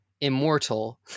immortal